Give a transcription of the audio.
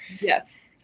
Yes